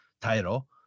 title